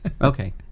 okay